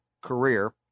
career